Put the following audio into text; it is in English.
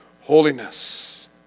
holiness